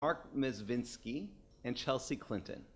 מארק מזווינסקי וצ'לסי קלינטון